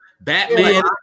Batman